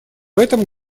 этом